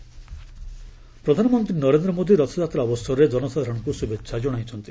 PM Rath Yatra ପ୍ରଧାନମନ୍ତ୍ରୀ ନରେନ୍ଦ୍ର ମୋଦି ରଥଯାତ୍ରା ଅବସରରେ ଜନସାଧାରଣଙ୍କୁ ଶୁଭେଚ୍ଛା ଜଣାଇଛନ୍ତି